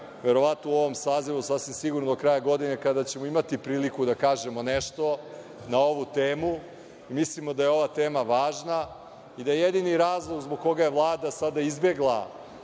verovatno u ovom sazivu, sasvim sigurno do kraja godine kada ćemo imati priliku da kažemo nešto na ovu temu. Mislimo da je ova tema važna i da jedini razlog zbog koga je Vlada sada izbegla